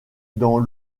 dans